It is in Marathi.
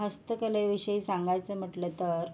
हस्तकलेविषयी सांगायचं म्हटलं तर